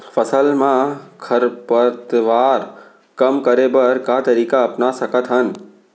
फसल मा खरपतवार कम करे बर का तरीका अपना सकत हन?